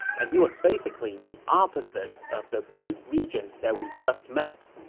and he was basically the opposite of the great regents that we just met.